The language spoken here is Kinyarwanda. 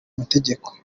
amategeko